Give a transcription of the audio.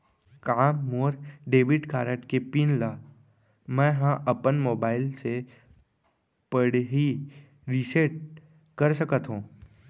का मोर debit card के पिन ल मैं ह अपन मोबाइल से पड़ही रिसेट कर सकत हो?